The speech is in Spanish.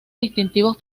distintivos